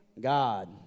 God